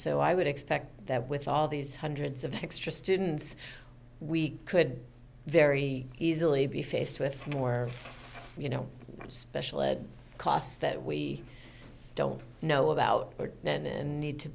so i would expect that with all these hundreds of extra students we could very easily be faced with more you know special ed costs that we don't know about but then and need to